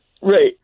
Right